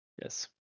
Yes